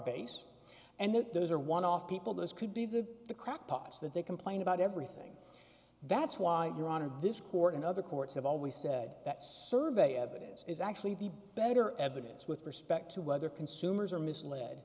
base and that those are one off people this could be the the crackpots that they complain about everything that's why you're on in this court and other courts have always said that survey evidence is actually the better evidence with respect to whether consumers are misled